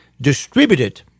distributed